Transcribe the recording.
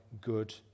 good